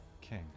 king